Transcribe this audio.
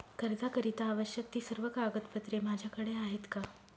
कर्जाकरीता आवश्यक ति सर्व कागदपत्रे माझ्याकडे आहेत का?